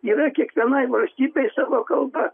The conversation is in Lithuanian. yra kiekvienai valstybei sava kalba